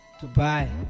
Dubai